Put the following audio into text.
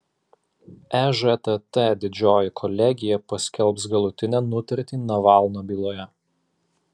ežtt didžioji kolegija paskelbs galutinę nutartį navalno byloje